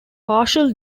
partial